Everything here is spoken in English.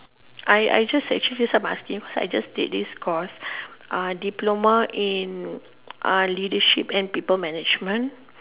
I I just actually give you some asking because I just did this course uh diploma in uh leadership and people management